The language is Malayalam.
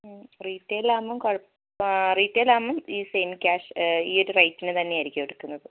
റീറ്റേയിൽ ആവുമ്പോൾ കൊഴ റീറ്റേയിൽ ആവുമ്പോൾ ഈ സെയിം ക്യാഷ് ഈയൊരു റേറ്റിന് തന്നെയായിരിക്കും എടുക്കുന്നത്